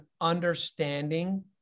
understanding